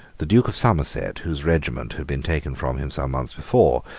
the duke of somerset, whose regiment had been taken from him some months before,